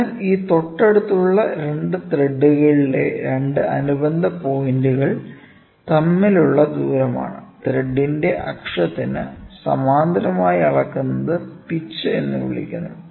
അതിനാൽ ഇത് തൊട്ടടുത്തുള്ള ത്രെഡുകളിലെ 2 അനുബന്ധ പോയിന്റുകൾ തമ്മിലുള്ള ദൂരമാണ് ത്രെഡിന്റെ അക്ഷത്തിന് സമാന്തരമായി അളക്കുന്നത് പിച്ച് എന്ന് വിളിക്കുന്നു